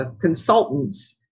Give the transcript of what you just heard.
consultants